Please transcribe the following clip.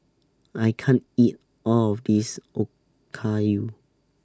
I can't eat All of This Okayu